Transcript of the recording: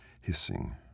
hissing